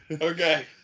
Okay